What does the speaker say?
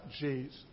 Jesus